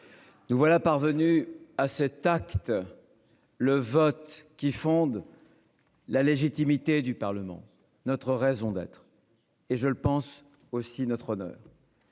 Nous voilà parvenu à cet acte. Le vote qui fonde. La légitimité du Parlement, notre raison d'être. Et je le pense aussi notre honneur.